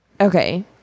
okay